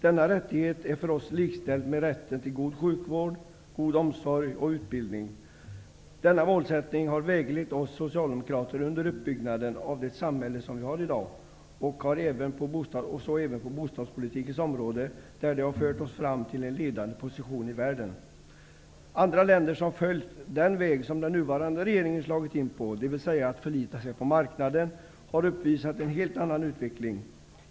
Denna rättighet är för oss likställd med rätten till god sjukvård, omsorg och utbildning. Denna målsättning har väglett oss socialdemokrater under uppbyggnaden av det samhälle som vi har i dag och även på bostadspolitikens område, där vi har fört Sverige fram till en ledande position i världen. Andra länder som har följt den väg som den nuvarande regeringen har slagit in på, dvs. att förlita sig på marknaden, har uppvisat en helt annan utveckling.